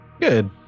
good